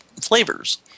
flavors